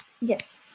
Yes